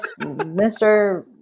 Mr